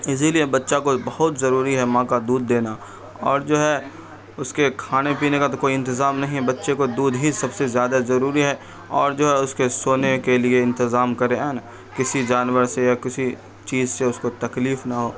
اسی لیے بچہ کو بہت ضروری ہے ماں کا دودھ دینا اور جو ہے اس کے کھانے پینے کا تو کوئی انتظام نہیں ہے بچے کو دودھ ہی سب سے زیادہ ضروری ہے اور جو ہے اس کے سونے کے لیے انتظام کرے اے نا کسی جانور سے یا کسی چیز سے اس کو تکلیف نہ ہو